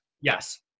Yes